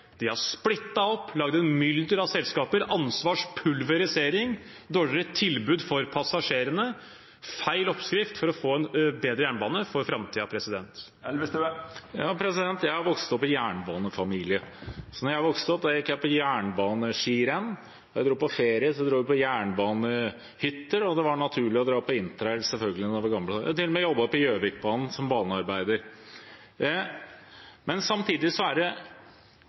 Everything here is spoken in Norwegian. De har splittet opp, lagd et mylder av selskaper. Det er ansvarspulverisering, dårligere tilbud for passasjerene – feil oppskrift for å få en bedre jernbane for framtiden. Jeg har vokst opp i en jernbanefamilie. Så da jeg vokste opp, gikk jeg jernbaneskirenn, da vi dro på ferie, dro vi på jernbanehytter, og det var selvfølgelig naturlig å dra på interrail da jeg ble gammel nok. Jeg har til og med jobbet som banearbeider på Gjøvikbanen. Det har vært stort, men